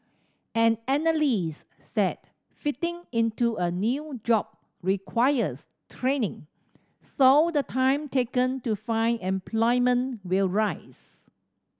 an analyst said fitting into a new job requires training so the time taken to find employment will rise